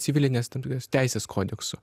civilinės tam tikros teisės kodeksu